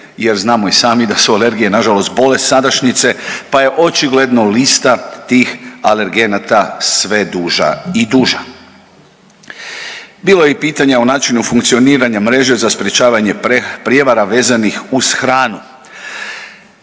jer znamo i sami da su alergije na žalost bolest sadašnjice, pa je očigledno lista tih alergenata sve duža i duža. Bilo je i pitanja o načinu funkcioniranju mreže za sprječavanje prijevara vezanih uz hranu.